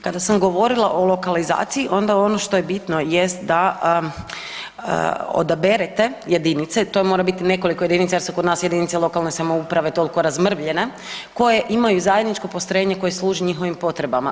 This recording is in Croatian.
Kada sam govorila o lokalizaciji onda ono što je bitno jest da odaberete jedinice, to mora biti nekoliko jedinica jer su kod nas jedinice lokalne samouprave toliko razmrvljene koje imaju zajedničko postrojenje koje služi njihovim potrebama.